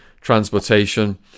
transportation